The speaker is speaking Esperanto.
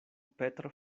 petro